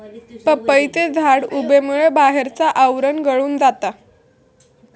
पपईचे झाड उबेमुळे बाहेरचा आवरण गळून जाता